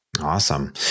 Awesome